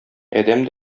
адәм